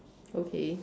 okay